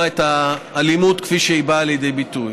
את האלימות כפי שהיא באה לידי ביטוי.